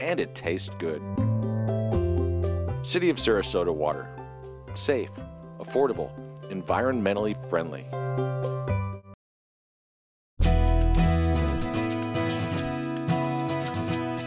and it taste good city of service soda water safe affordable environmentally friendly